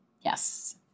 Yes